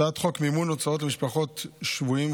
הצעת חוק מימון הוצאות למשפחות שבויים,